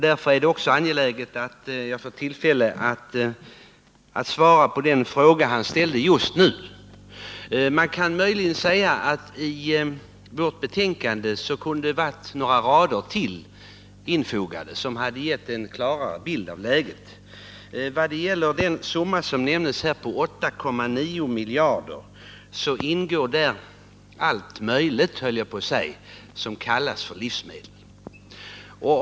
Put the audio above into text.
Därför är det också angeläget att jag får tillfälle att svara på den fråga som Per Israelsson ställde just nu. Man kan möjligen säga att vårt betänkande kunde ha innehållit några rader till, vilka givit en klarare bild av läget. I den summa på 8,9 miljarder som här nämndes ingår allt möjligt som kallas för livsmedel.